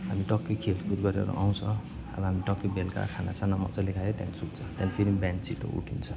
हामी टक्कै खेलकुद गरेर आउँछ अब हामी टक्कै बेलुका खानासाना मज्जाले खायो त्यहाँदेखि सुत्छ त्यहाँदेखि फेरि बिहान छिटो उठिन्छ